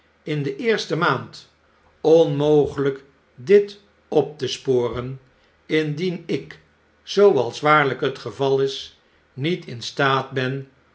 in de eerste maand onmogelijk dit op te sporen indien ik zooals waarlyk het geval is niet in staat ben